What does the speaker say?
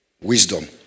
Wisdom